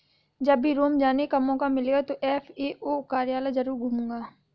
जब भी रोम जाने का मौका मिलेगा तो एफ.ए.ओ कार्यालय जरूर घूमूंगा